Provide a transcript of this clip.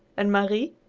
and, marie,